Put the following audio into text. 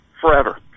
forever